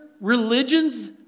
religions